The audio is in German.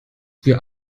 wir